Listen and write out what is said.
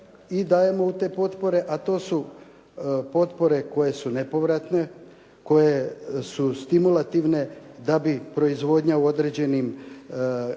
i dajemo u te potpore, a to su potpore koje su nepovratne, koje su stimulativne da bi proizvodnja u određenim